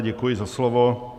Děkuji za slovo.